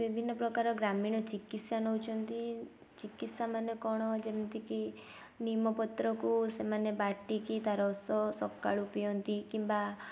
ବିଭିନ୍ନ ପ୍ରକାର ଗ୍ରାମୀଣ ଚିକିତ୍ସା ନେଉଛନ୍ତି ଚିକିତ୍ସାମାନେ କଣ ଯେମିତି କି ନିମପତ୍ରକୁ ସେମାନେ ବାଟିକି ତା ରସ ସକାଳୁ ପିଅନ୍ତି କିମ୍ବା